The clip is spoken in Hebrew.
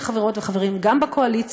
ולכן, חברות וחברים, גם בקואליציה,